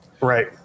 Right